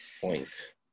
point